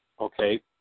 okay